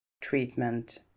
treatment